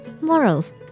morals